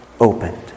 opened